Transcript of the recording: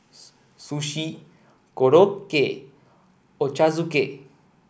Sushi Korokke Ochazuke